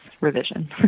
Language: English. revision